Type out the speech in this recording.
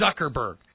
Zuckerberg